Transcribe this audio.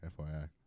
FYI